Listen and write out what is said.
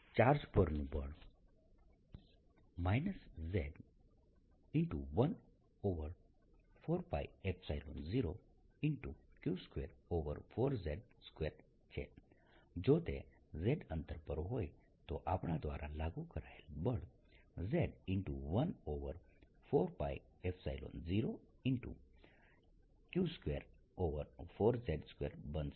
charge પરનું બળ z 14π0q24z2 છે જો તે z અંતર પર હોય તો આપણા દ્વારા લાગુ કરાયેલ બળ z 14π0q24z2 બનશે